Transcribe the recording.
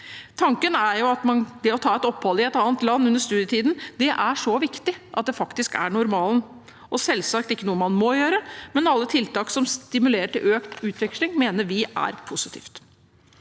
Tanken er at det å ta et opphold i et annet land under studietiden er så viktig at det faktisk er normalen – og selvsagt ikke noe man må gjøre, men alle tiltak som stimulerer til økt utveksling, mener vi er positive.